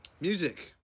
music